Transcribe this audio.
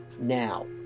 now